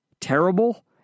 terrible